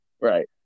Right